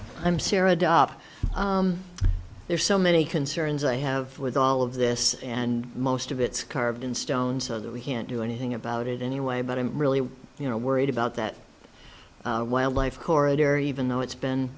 say i'm sara dop there are so many concerns i have with all of this and most of it's carved in stone so that we can't do anything about it anyway but i'm really you know worried about that wildlife corridor even though it's been